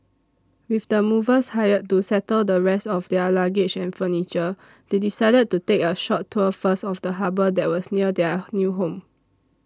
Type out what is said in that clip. with the movers hired to settle the rest of their luggage and furniture they decided to take a short tour first of the harbour that was near their new home